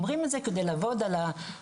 הם אומרים את זה על מנת לעבוד על הקשיים.